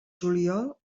juliol